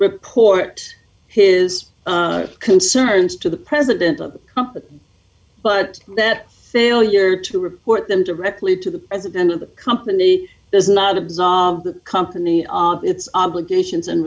report his concerns to the president of the company but that failure to report them directly to the president of the company does not absolve the company obvious its obligations and